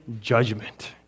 judgment